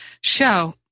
show